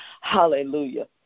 Hallelujah